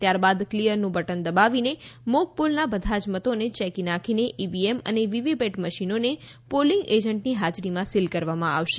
ત્યાર બાદ ક્લિયરનું બટન દબાવીને મોક પોલના બધા જ મતોને ચેકી નાખીને ઈવીએમ અને વીવીપેટ મશીનોને પોલિંગ એજન્ટની હાજરીમાં સીલ કરવામાં આવશે